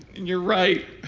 you're right.